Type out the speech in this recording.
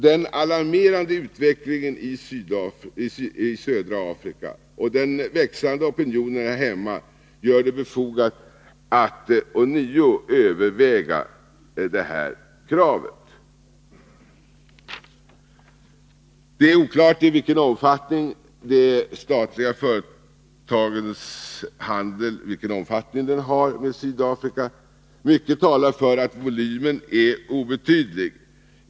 Den alarmerande utvecklingen i södra Afrika och den växande opinionen här hemma gör det befogat att ånyo överväga det kravet. Det är oklart vilken omfattning de statliga företagens handel med Sydafrika kan ha. Mycket talar dock för att volymen är obetydlig.